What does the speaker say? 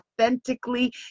authentically